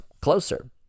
closer